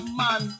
man